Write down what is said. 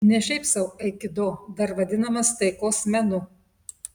ne šiaip sau aikido dar vadinamas taikos menu